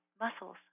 muscles